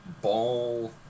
ball